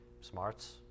smarts